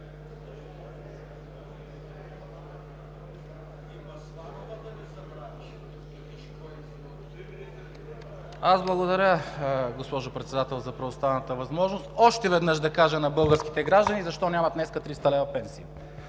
Аз благодаря, госпожо Председател, за предоставената възможност, още веднъж да кажа на българските граждани защо нямат днес 300 лв. пенсия.